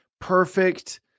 perfect